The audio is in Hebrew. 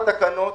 בתקנות